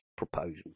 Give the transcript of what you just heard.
Proposals